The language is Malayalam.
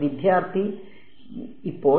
വിദ്യാർത്ഥി ഇപ്പോൾ